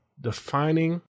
defining